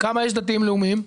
כמה דתיים לאומיים יש?